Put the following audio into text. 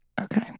Okay